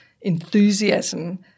enthusiasm